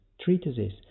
treatises